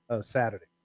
Saturday